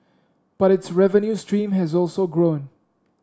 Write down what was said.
but its revenue stream has also grown